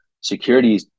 Security